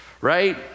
right